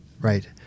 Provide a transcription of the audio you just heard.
right